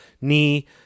knee